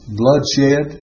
bloodshed